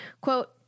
Quote